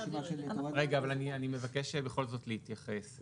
רגע אבל אני מבקש בכל זאת להתייחס.